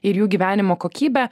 ir jų gyvenimo kokybę